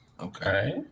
Okay